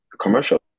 commercial